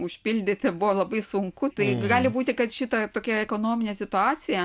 užpildyti buvo labai sunku tai gali gūti kad šita tokia ekonominė situacija